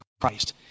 Christ